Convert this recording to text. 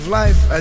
life